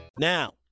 Now